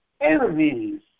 enemies